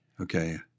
Okay